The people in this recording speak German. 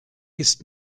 ist